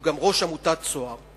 שהוא גם ראש עמותת "צהר",